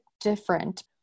different